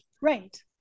Right